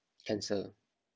cancer